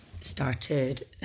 started